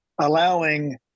allowing